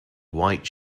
white